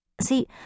See